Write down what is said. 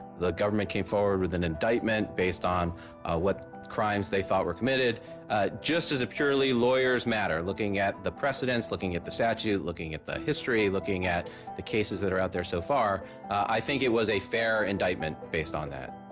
the government came forward with an indictment based on what crimes they thought were committed just as a purely lawyers matter, looking at the precedents lookings at the statues, looking at history, looking at the cases that are out there so far i think it was a fair indictment based on that.